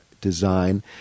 design